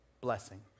blessing